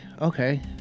okay